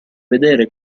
vedere